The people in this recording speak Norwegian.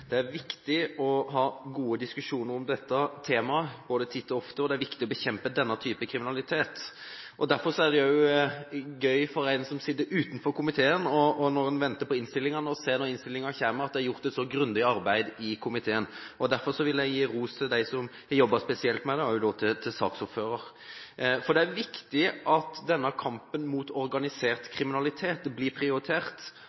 Det er viktig å ha gode diskusjoner om dette temaet både titt og ofte, og det er viktig å bekjempe denne typen kriminalitet. Derfor er det gøy for en som sitter utenfor komiteen og har ventet på innstillingen, og ser, når den kommer, at det er gjort så grundig arbeid i komiteen. Derfor vil jeg gi ros til dem som har jobbet spesielt med den, da også til saksordføreren. Det er viktig at denne kampen mot organisert